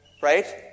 right